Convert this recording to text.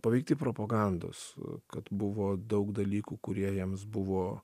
paveikti propagandos kad buvo daug dalykų kurie jiems buvo